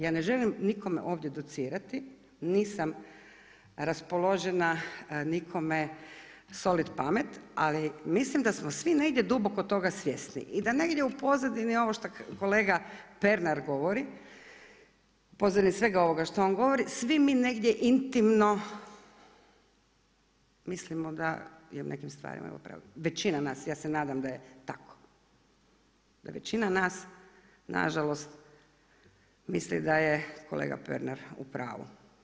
Ja ne želim nikome ovdje docirati, nisam raspoložena nikome soliti pamet, ali mislim da smo svi negdje duboko toga svjesni i da negdje u pozadini ovo što kolega Pernar govori, … svega ovoga što on govori, svi mi negdje intimno mislimo da je u nekim stvarima upravu, većina nas, ja se nadam da je tako, da većina naš nažalost misli da je kolega Pernar upravu.